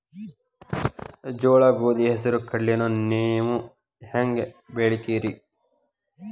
ಜೋಳ, ಗೋಧಿ, ಹೆಸರು, ಕಡ್ಲಿಯನ್ನ ನೇವು ಹೆಂಗ್ ಬೆಳಿತಿರಿ?